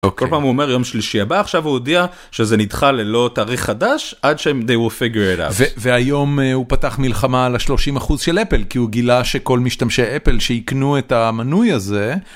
אוקיי. - כל פעם אומר יום שלישי הבא, עכשיו הוא הודיע שזה נדחה ללא תאריך חדש, עד שהם they will figure it out. - ו... - והיום הוא פתח מלחמה על ה-30% של אפל, כי הוא גילה שכל משתמשי אפל שיקנו את המנוי הזה...